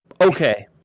Okay